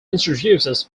introduces